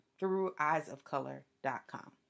througheyesofcolor.com